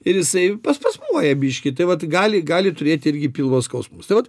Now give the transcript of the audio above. ir jisai paspazmuoja biškį tai vat gali gali turėti irgi pilvo skausmus tai vat